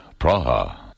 Praha